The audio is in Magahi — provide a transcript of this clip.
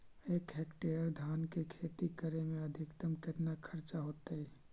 एक हेक्टेयर धान के खेती करे में अधिकतम केतना खर्चा होतइ?